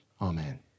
Amen